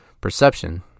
perception